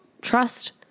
trust